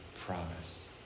promise